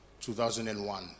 2001